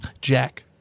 Jack